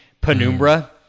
Penumbra